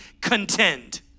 contend